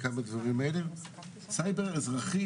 סייבר אזרחי,